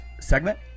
segment